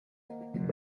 none